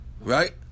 right